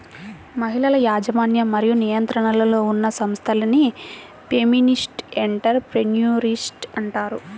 మహిళల యాజమాన్యం మరియు నియంత్రణలో ఉన్న సంస్థలను ఫెమినిస్ట్ ఎంటర్ ప్రెన్యూర్షిప్ అంటారు